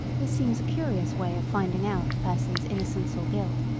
this seems a curious way of finding out a person's innocence or guilt,